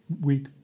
week